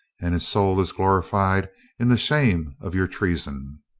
and his soul is glorified in the shame of your treason